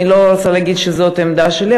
אני לא רוצה להגיד שזאת העמדה שלי,